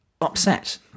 upset